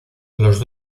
los